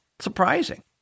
surprising